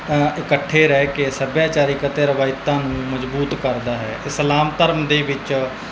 ਇਕੱਠੇ ਰਹਿ ਕੇ ਸੱਭਿਆਚਾਰਿਕ ਅਤੇ ਰਿਵਾਇਤਾਂ ਨੂੰ ਮਜ਼ਬੂਤ ਕਰਦਾ ਹੈ ਇਸਲਾਮ ਧਰਮ ਦੇ ਵਿੱਚ